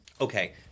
Okay